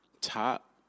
Top